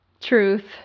truth